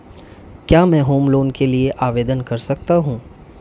क्या मैं home loan के लिए आवेदन कर सकता हूं?